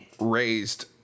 raised